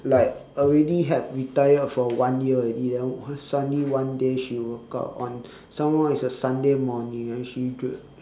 like already have retired for one year already then was suddenly one day she woke up on some more it's a sunday morning and she dre~